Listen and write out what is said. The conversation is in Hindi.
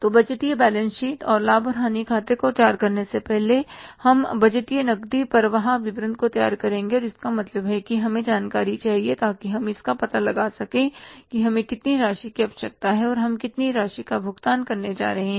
तो बजटीय बैलेंस शीट और लाभ और हानि खाते को तैयार करने से पहले हम बजटीय नकदी प्रवाह विवरण को तैयार करेंगे और इसका मतलब है कि हमें जानकारी चाहिए ताकि हम इसका पता लगा सकें कि हमें कितनी राशि की आवश्यकता है और हम कितनी राशि का भुगतान करने जा रहे हैं